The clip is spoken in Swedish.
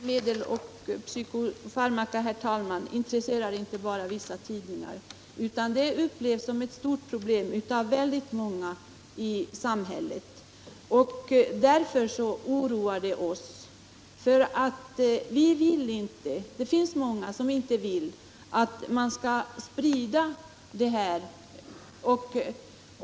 Herr talman! Frågan om lugnande medel och psykofarmaka intresserar inte bara vissa tidningar. Den upplevs som ett stort och oroande problem av väldigt många människor.